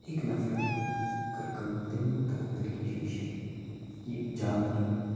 أکۍ نفرَن کٔر کٲم تیٚمۍ لوگ تَتھ أنٛدٕرۍ کِنۍ شیٖشہِ یہِ جالر